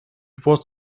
was